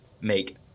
make